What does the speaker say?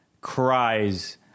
cries